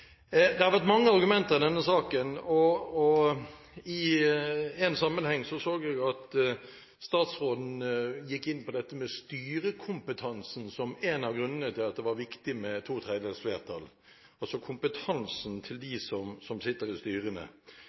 Det har vært mange argumenter i denne saken, og i én sammenheng så jeg at statsråden gikk inn på dette med styrekompetansen, altså kompetansen til dem som sitter i styrene, som en av grunnene til at det var viktig med to tredjedels flertall.